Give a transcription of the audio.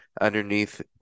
underneath